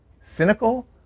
cynical